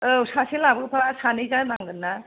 औ सासे लाबोफा सानै जानांगोन ना